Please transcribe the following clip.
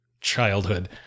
childhood